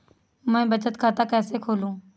मैं बचत खाता कैसे खोलूँ?